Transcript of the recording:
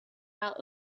out